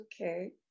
Okay